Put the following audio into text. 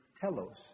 telos